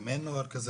ואם אין נוהל כזה,